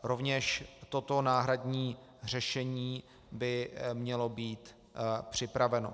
Rovněž toto náhradní řešení by mělo být připraveno.